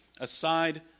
aside